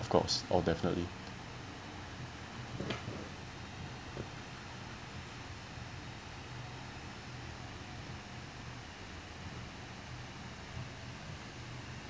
of course oh definitely